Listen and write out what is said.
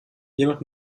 jemand